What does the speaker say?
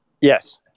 Yes